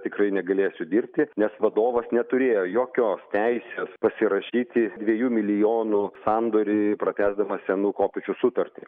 tikrai negalėsiu dirbti nes vadovas neturėjo jokios teisės pasirašyti dviejų milijonų sandorį pratęsdamas senų kopėčių sutartį